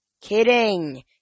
Kidding